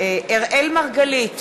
בהצבעה אראל מרגלית,